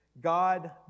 God